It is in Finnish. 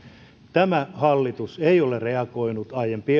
tämä hallitus ei ole reagoinut aiempien